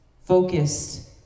focused